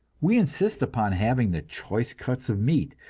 we insist upon having the choice cuts of meats,